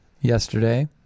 yesterday